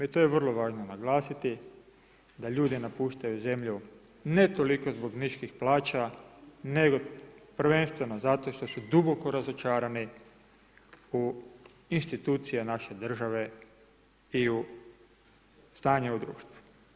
I to je vrlo važno naglasiti da ljudi napuštaju zemlju ne toliko zbog niskih plaća nego prvenstveno zato što su duboko razočarani u institucije naše države i u stanje u društvu.